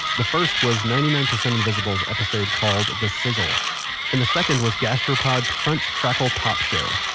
the first was ninety nine percent invisible's episode called the sizzle and the second was gastropod's crunch crackle pop show.